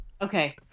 Okay